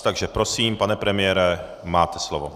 Takže prosím, pane premiére, máte slovo.